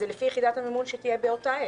זה לפי יחידת המימון שתהיה באותה עת.